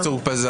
חצוף.